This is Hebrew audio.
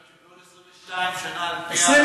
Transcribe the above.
בעוד 22 שנה, על-פי, ?